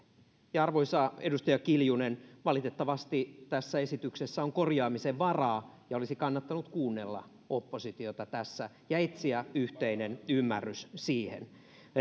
arvoisa edustaja kiljunen valitettavasti tässä esityksessä on korjaamisen varaa ja olisi kannattanut kuunnella oppositiota tässä ja etsiä yhteinen ymmärrys siihen